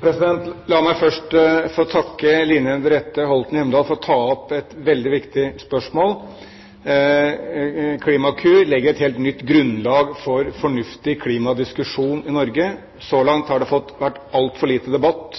La meg først få takke Line Henriette Hjemdal for å ta opp et veldig viktig spørsmål. Klimakur legger et helt nytt grunnlag for fornuftig klimadiskusjon i Norge. Så langt har det vært altfor lite debatt